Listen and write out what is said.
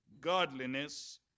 godliness